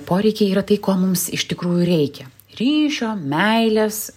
poreikiai yra tai ko mums iš tikrųjų reikia ryšio meilės